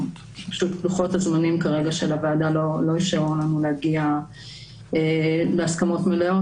לוחות הזמנים של הוועדה כרגע לא אפשרו לנו להגיע להסכמות מלאות.